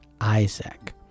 Isaac